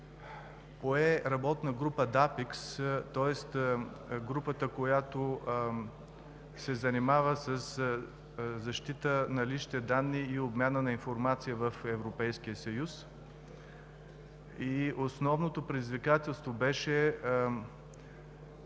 пое Работна група ДАПИКС, тоест групата, която се занимава със защитата на личните данни и обмяната на информация в Европейския съюз. Основното предизвикателство беше